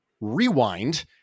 rewind